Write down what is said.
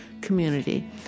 community